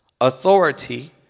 authority